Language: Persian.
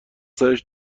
سرش